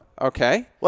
Okay